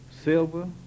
silver